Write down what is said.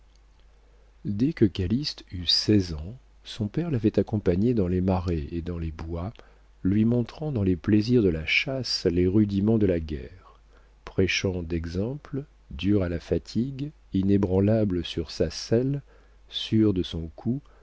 dès que calyste eut seize ans son père l'avait accompagné dans les marais et dans les bois lui montrant dans les plaisirs de la chasse les rudiments de la guerre prêchant d'exemple dur à la fatigue inébranlable sur sa selle sûr de son coup